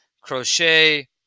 Crochet